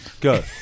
go